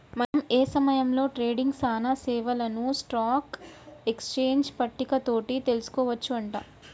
మనం ఏ సమయంలో ట్రేడింగ్ సానా సేవలను స్టాక్ ఎక్స్చేంజ్ పట్టిక తోటి తెలుసుకోవచ్చు అంట